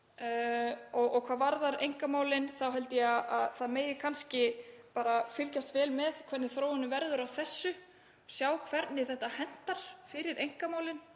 er. Hvað varðar einkamálin þá held ég að það megi kannski bara fylgjast vel með hvernig þróunin verður í þessu, sjá hvernig þetta hentar fyrir sakamálin